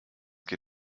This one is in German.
geht